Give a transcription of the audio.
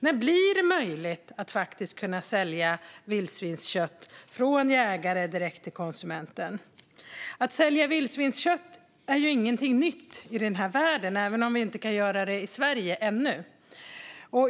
När blir det möjligt att sälja vildsvinskött från jägare direkt till konsument? Att sälja vildsvinskött är inget nytt i den här världen, även om vi ännu inte kan göra det i Sverige.